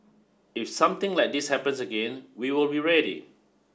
if something like this happens again we will be ready